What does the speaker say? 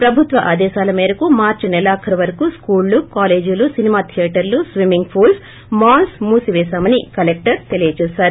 ప్రభుత్వ ఆదేశాల మేరకు మార్చి సెలాఖరువరకు స్కూళ్లు కాలేజ్లు సినిమా థియేటర్లు స్విమ్మింగ్ పూల్స్ మాల్స్ మూసిపేశామాని కలెక్టర్ తెలిపారు